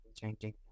changing